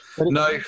No